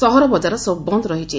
ସହର ବଜାର ସବୁ ବନ୍ଦ ରହିଛି